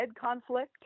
conflict